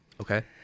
okay